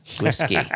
whiskey